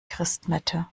christmette